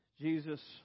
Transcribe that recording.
Jesus